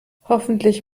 hoffentlich